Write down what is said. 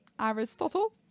aristotle